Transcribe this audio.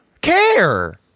Care